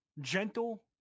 gentle